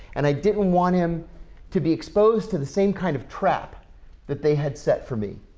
and i didn't want him to be exposed to the same kind of trap that they had set for me.